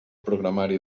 programari